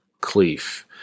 Cleef